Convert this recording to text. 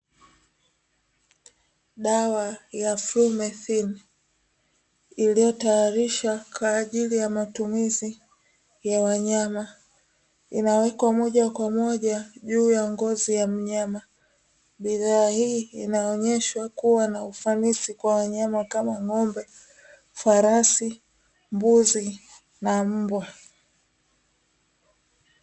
Dawa ya ''frimesin'' iliyotayarishwa kwa ajili ya matumizi ya wanyama inawekwa moja kwa moja juu ya ngozi ya mnyama. Bidhaa hii inaonyeshwa kuwa na ufanisi kwa wanyama kama; ng'ombe, farasi, mbuzi na mbwa.